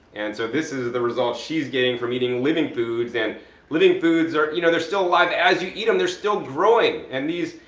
and so this is the result she's getting from eating living foods. and living foods are, you know, there's still a lot, as you eat them they're still growing. and these,